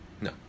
No